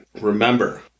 remember